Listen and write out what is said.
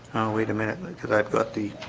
wait a minute because i've got the